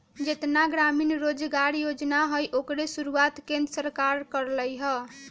जेतना ग्रामीण रोजगार योजना हई ओकर शुरुआत केंद्र सरकार कर लई ह